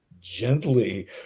gently